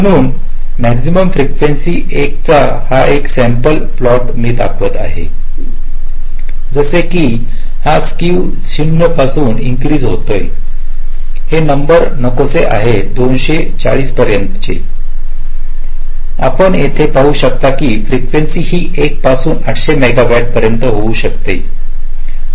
म्हणून maximum frequency of 1 चा हा एक सॅम्पल प्लॉट मी दाखवत आहे जसे की हा स्क्क्यू जिटर 0 पासून इिंक्रीस होतोय हे नंबर नकोसे आहेत 240 पर्यंतचे आपण येथे पाहू शकता फ्रीकेंसी ही 1 पासून 800 मेगाहट्ि पर्यंत होऊ शकते